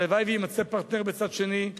הלוואי שיימצא פרטנר בצד השני.